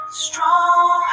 strong